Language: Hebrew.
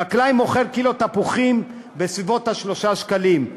חקלאי מוכר קילו תפוחים בסביבות 3 שקלים,